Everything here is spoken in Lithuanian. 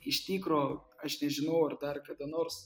iš tikro aš nežinau ar dar kada nors